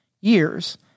years